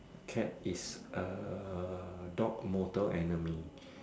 A cat is a dog mortal enemy